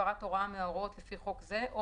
הפרת הוראה מההוראות לפי חוק זה או